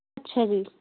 ਅੱਛਾ ਜੀ